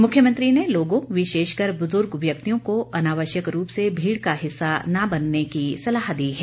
मुख्यमंत्री ने लोगों विशेषकर बुजुर्ग व्यक्तियों को अनावश्यक रूप से भीड़ का हिस्सा न बनने की सलाह भी दी है